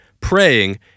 praying